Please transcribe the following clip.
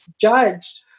judged